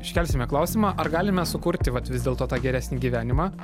iškelsime klausimą ar galime sukurti vat vis dėlto tą geresnį gyvenimą